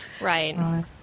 right